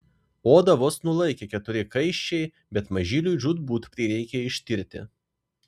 odą vos nulaikė keturi kaiščiai bet mažyliui žūtbūt prireikė ištirti